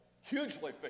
hugely